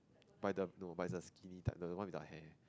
but its the no but its the skinny type the the one without hair